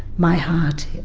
my heart,